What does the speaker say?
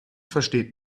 versteht